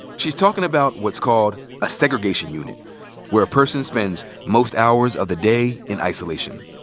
she's talkin' about what's called a segregation unit where a person spends most hours of the day in isolation.